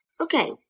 Okay